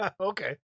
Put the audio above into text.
Okay